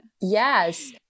Yes